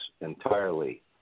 Entirely